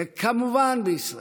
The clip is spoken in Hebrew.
וכמובן בישראל,